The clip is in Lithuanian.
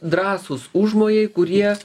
drąsūs užmojai kurie